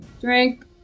drink